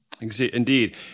Indeed